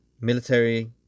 Military